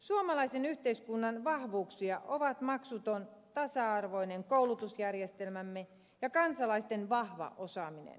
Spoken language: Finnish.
suomalaisen yhteiskunnan vahvuuksia ovat maksuton tasa arvoinen koulutusjärjestelmämme ja kansalaisten vahva osaaminen